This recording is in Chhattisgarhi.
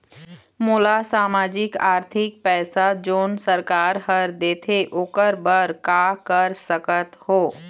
मोला सामाजिक आरथिक पैसा जोन सरकार हर देथे ओकर बर का कर सकत हो?